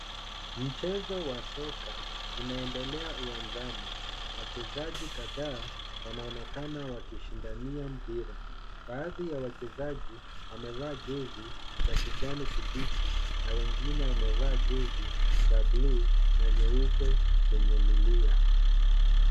Mchezo wa soka unaoendelea uwanjani. Wachezaji kadhaa wanaonekana wakishindania mpira. baadhi ya wachezaji amevaa jezi za kijani kibichi na wengine wamevaa jezi za bluu na nyeupe zenye milia.